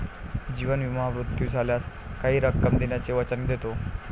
जीवन विमा मृत्यू झाल्यास काही रक्कम देण्याचे वचन देतो